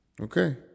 Okay